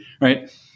right